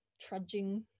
trudging